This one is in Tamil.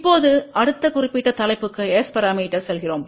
இப்போது அடுத்த குறிப்பிட்ட தலைப்புக்கு S பரமீட்டர்ஸ் செல்கிறோம்